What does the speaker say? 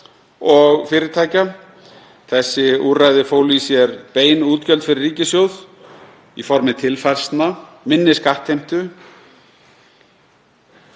og fyrirtækja. Þessi úrræði fólu í sér bein útgjöld fyrir ríkissjóð í formi tilfærslna, minni skattheimtu.